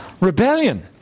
Rebellion